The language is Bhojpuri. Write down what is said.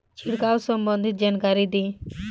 छिड़काव संबंधित जानकारी दी?